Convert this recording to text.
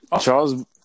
Charles